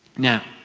now.